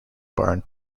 barn